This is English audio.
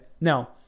now